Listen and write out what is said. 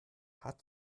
hat